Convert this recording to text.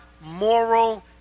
moral